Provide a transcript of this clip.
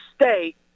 State